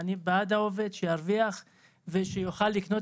ואני בעד העובד שירוויח ויוכל לקנות